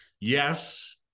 Yes